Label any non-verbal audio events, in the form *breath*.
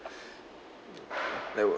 *breath* that would